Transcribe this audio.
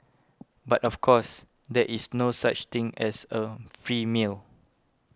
but of course there is no such thing as a free meal